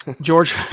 George